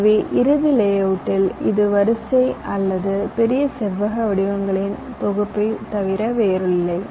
எனவே இறுதி லேஅவுட்டில் இது வரிசை அல்லது பெரிய செவ்வக வடிவங்களின் தொகுப்பைத் தவிர வேறில்லை